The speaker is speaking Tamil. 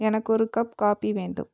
எனக்கு ஒரு கப் காபி வேண்டும்